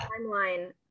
timeline